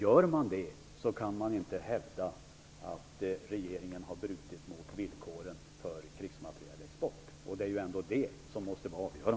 Gör man det kan man inte hävda att regeringen har brutit mot villkoren för krigsmaterielexport. Det är ändå det som måste vara avgörande.